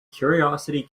curiosity